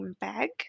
bag